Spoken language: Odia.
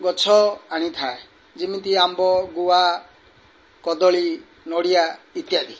ଗଛ ଆଣିଥାଏ ଯେମିତି ଆମ୍ବ ଗୁଆ କଦଳୀ ନଡ଼ିଆ ଇତ୍ୟାଦି